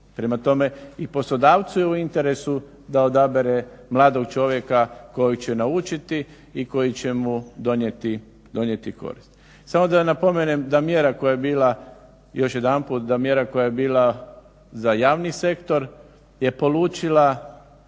Prema tome i poslodavcu je u interesu da odabere mladog čovjeka koji će naučiti i koji će mu donijeti korist. Samo da napomenem da mjera koja je bila, još jedanput, da mjera koja je bila za javni sektor je polučila